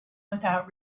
without